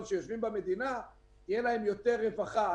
שיושבים במדינה תהיה להם יותר רווחה.